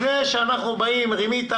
לפני שאנחנו אומרים רימית,